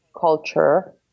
culture